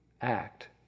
act